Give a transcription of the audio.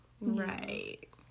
right